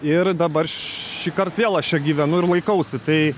ir dabar šįkart vėl aš čia gyvenu ir laikausi tai